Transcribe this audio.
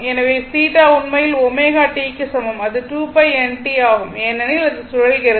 எனவே θ உண்மையில் ω t க்கு சமம் அது 2 π n t ஆகும் ஏனெனில் அது சுழல்கிறது